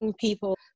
people